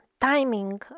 timing